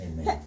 Amen